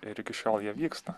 ir iki šiol jie vyksta